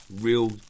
real